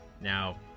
Now